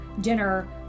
dinner